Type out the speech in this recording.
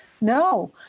No